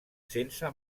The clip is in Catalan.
sense